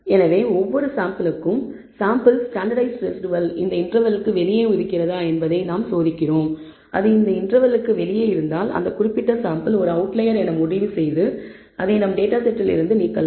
எனவே ஒவ்வொரு சாம்பிள்களுக்கும் சாம்பிளின் ஸ்டாண்டர்ட்டைஸ்ட் ரெஸிடுவல் இந்த இன்டர்வெல்லுக்கு வெளியே இருக்கிறதா என்பதை நாம் சோதிக்கிறோம் அது இந்த இன்டர்வெல்லுக்கு வெளியே இருந்தால் அந்த குறிப்பிட்ட சாம்பிள் ஒரு அவுட்லயர் என்று முடிவு செய்து அதை நம் டேட்டா செட்டில் இருந்து நீக்கலாம்